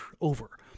over